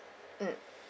mm